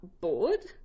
board